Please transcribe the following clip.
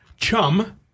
Chum